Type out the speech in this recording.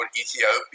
Ethiopia